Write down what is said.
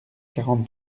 quarante